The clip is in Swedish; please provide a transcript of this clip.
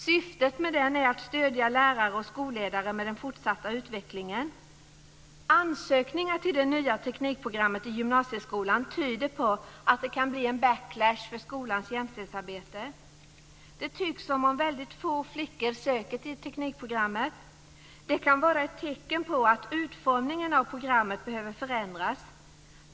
Syftet med den är att stödja lärare och skolledare med den fortsatta utvecklingen. Ansökningar till det nya teknikprogrammet i gymnasieskolan tyder på att det kan bli en backlash för skolans jämställdhetsarbete. Det tycks som om väldigt få flickor söker till teknikprogrammet. Det kan vara ett tecken på att utformningen av programmet behöver förändras.